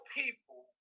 people